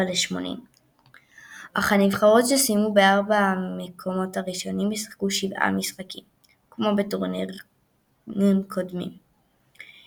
השתיים הטובות ביותר מכל בית מעפילות לנוקאאוט 48 נבחרות